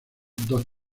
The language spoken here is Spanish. dos